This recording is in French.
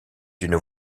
d’une